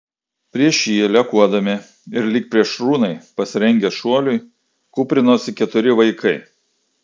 prieš jį lekuodami ir lyg plėšrūnai pasirengę šuoliui kūprinosi keturi vaikai